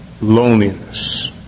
Loneliness